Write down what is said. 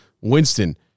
Winston